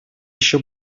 еще